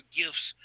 gifts